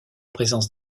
présence